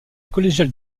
collégiale